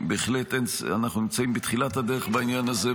אנחנו בהחלט נמצאים בתחילת הדרך בעניין הזה.